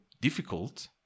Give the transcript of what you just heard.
difficult